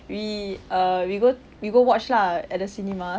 we err we go we go watch lah at the cinema